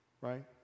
right